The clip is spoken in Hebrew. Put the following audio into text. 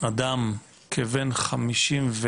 אדם כבן 50,